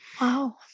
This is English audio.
Wow